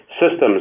systems